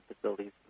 facilities